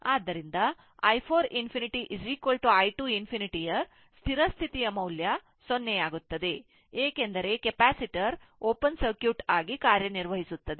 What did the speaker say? ಆದ್ದರಿಂದ i 4 ∞ i 2 ∞ ಯ ಸ್ಥಿರ ಸ್ಥಿತಿಯ ಮೌಲ್ಯ 0 ಆಗುತ್ತದೆ ಏಕೆಂದರೆ ಕೆಪಾಸಿಟರ್ ಓಪನ್ ಸರ್ಕ್ಯೂಟ್ ಆಗಿ ಕಾರ್ಯನಿರ್ವಹಿಸುತ್ತದೆ